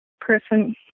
person